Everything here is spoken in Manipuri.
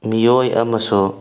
ꯃꯤꯑꯣꯏ ꯑꯃꯁꯨ